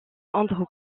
andrew